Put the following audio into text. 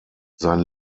sein